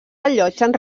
allotgen